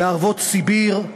מערבות סיביר,